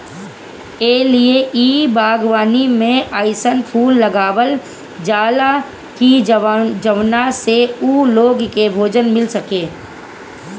ए लिए इ बागवानी में अइसन फूल लगावल जाला की जवना से उ लोग के भोजन मिल सके